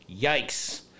Yikes